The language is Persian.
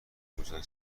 روزای